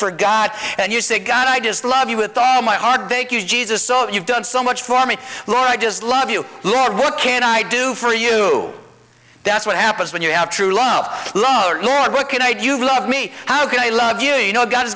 say god i just love you with all my heart thank you jesus so you've done so much for me but i just love you lord what can i do for you that's what happens when you have true love love lord what can i do you love me how can i love you you know god is